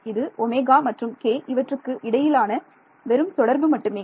இது ஒமேகா மற்றும் k இவற்றுக்கு இடையிலான வெறும் தொடர்பு மட்டுமே